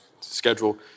schedule